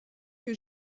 que